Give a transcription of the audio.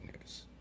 news